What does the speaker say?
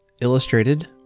illustrated